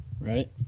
Right